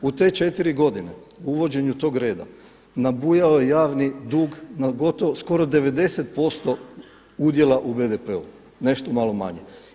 U te četiri godine uvođenju tog reda nabujao je javni dug na gotovo, skoro 90% udjela u BDP-u, nešto malo manje.